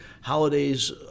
holidays